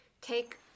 take